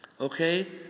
Okay